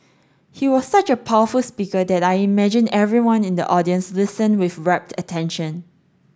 he was such a powerful speaker that I imagine everyone in the audience listened with rapt attention